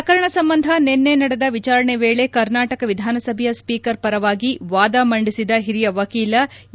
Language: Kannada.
ಪ್ರಕರಣ ಸಂಬಂಧ ನಿನ್ನೆ ನಡೆದ ವಿಚಾರಣೆ ವೇಳೆ ಕರ್ನಾಟಕ ವಿಧಾನಸಭೆಯ ಸ್ವೀಕರ್ ಪರವಾಗಿ ವಾದ ಮಂದಿಸಿದ ಹಿರಿಯ ವಕೀಲ ಎ